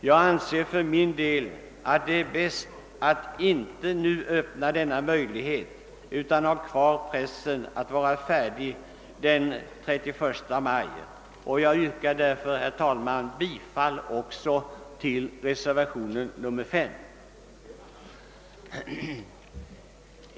Jag anser för min del, att det är bäst att inte nu öppna denna möjlighet utan behålla den press det innebär att sessionen skall vara slut den 31 maj. Jag yrkar därför, herr talman, bifall också till reservationen 5.